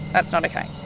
that's not okay.